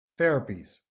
therapies